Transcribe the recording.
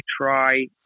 try